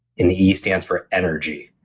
and the e stands for energy.